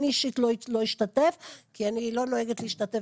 אני אישית לא אשתתף כי אני לא נוהגת להשתתף